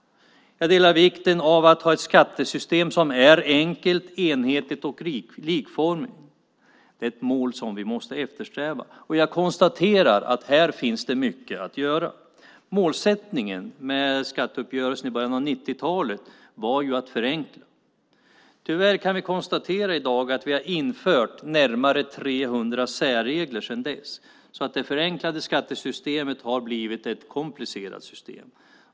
Jag instämmer i att det är viktigt att ha ett skattesystem som är enkelt, enhetligt och likformigt - ett mål som vi måste eftersträva att nå. Jag konstaterar att det finns mycket att göra här. Målet med skatteuppgörelsen i början av 1990-talet var att förenkla. Tyvärr kan vi i dag konstatera att vi sedan dess har infört närmare 300 särregler, så det förenklade skattesystemet har i stället blivit ett komplicerat system.